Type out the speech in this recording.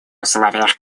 условиях